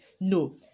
No